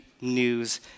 news